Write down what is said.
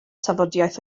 tafodiaith